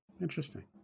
Interesting